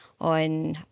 on